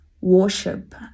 worship